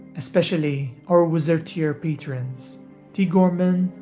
especially our wizard-tier patreons t gorman,